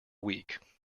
week